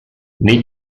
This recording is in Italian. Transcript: nei